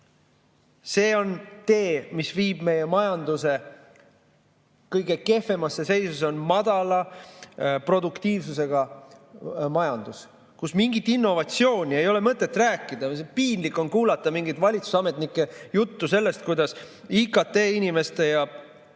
See on tee, mis viib meie majanduse kõige kehvemasse seisu. See on madala produktiivsusega majandus, kus mingist innovatsioonist ei ole mõtet rääkida. Piinlik on kuulata mingite valitsusametnike juttu sellest, kuidas IKT‑inimeste ja